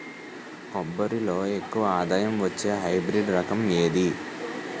కొబ్బరి లో ఎక్కువ ఆదాయం వచ్చే హైబ్రిడ్ రకం ఏది?